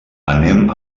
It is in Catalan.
anem